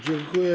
Dziękuję.